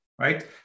right